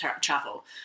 travel